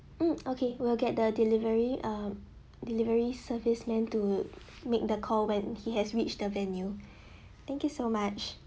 hmm okay we'll get the delivery uh delivery service man to make the call when he has reached the venue thank you so much